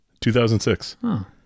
2006